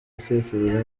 gutekereza